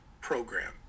program